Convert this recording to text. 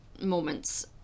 moments